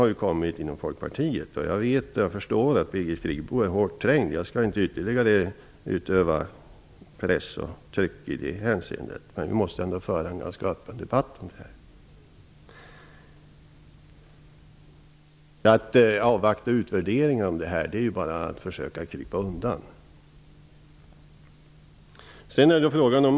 Det har kommit fram reaktioner inom Folkpartiet, och jag förstår att Birgit Friggebo är hårt trängd. Jag skall inte ytterligare utöva någon press i det hänseendet, men vi måste ändå föra en ganska öppen debatt om det här. Att hänvisa till att utvärderingen av detta skall avvaktas är bara ett försök att krypa undan.